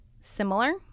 similar